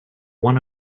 one